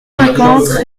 cinquante